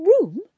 room